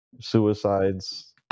suicides